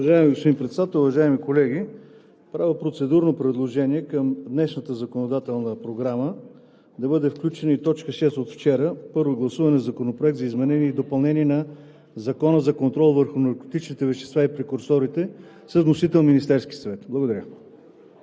Уважаеми господин Председател, уважаеми колеги! Правя процедурно предложение в днешната законодателна програма да бъде включена т. 6 от вчера – Първо гласуване на Законопроекта за изменение и допълнение на Закона за контрол върху наркотичните вещества и прекурсорите с вносител Министерския съвет.